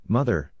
Mother